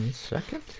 second,